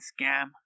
scam